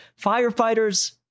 firefighters